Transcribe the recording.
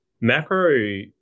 macro